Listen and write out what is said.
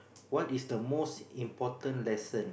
what is the most important lesson